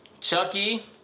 Chucky